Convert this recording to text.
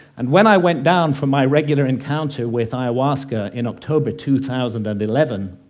and when i went down for my regular encounter with ayahuasca in october two thousand and eleven,